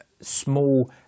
small